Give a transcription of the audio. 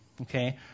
okay